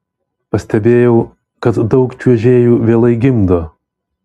pastebėjau kad daug čiuožėjų vėlai gimdo